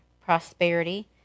prosperity